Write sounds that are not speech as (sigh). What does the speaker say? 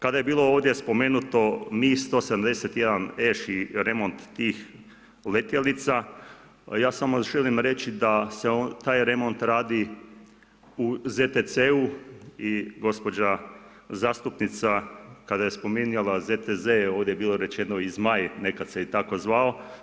Kada je bilo ovdje spomenuto Mi-171 ... (unintelligible) i remont tih letjelica, ja samo želim reći da se taj remont radi u ZTC-u i gospođa zastupnica kada je spominjala ZTZ je ovdje bilo rečeno i Zmaj, nekad se i tako zvao.